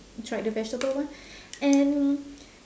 tried the vegetable one and